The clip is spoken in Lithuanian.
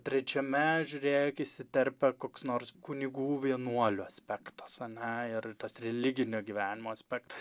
trečiame žiūrėk įsiterpia koks nors kunigų vienuolių aspektas ane ir tas religinio gyvenimo aspektas